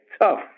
tough